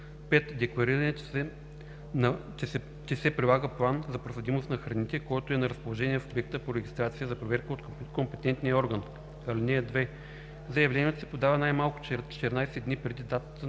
5. деклариране, че се прилага план за проследимост на храните, който е на разположение в обекта по регистрация за проверка от компетентния орган. (2) Заявлението се подава най-малко 14 дни преди датата